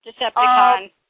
Decepticon